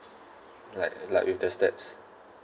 like like with the steps